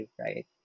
right